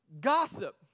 Gossip